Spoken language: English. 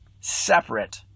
separate